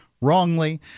wrongly